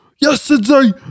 yesterday